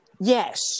yes